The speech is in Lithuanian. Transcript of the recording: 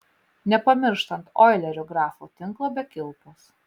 nepamirštant oilerio grafo tinklo be kilpos